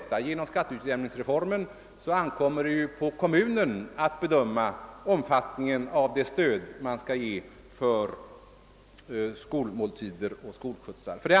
Efter genomförandet av skatteutjämningsreformen ankommer det på kommunerna att bedöma omfattningen av det stöd man skall ge till skolmåltider och skolskjutsar.